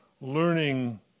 learning